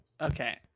Okay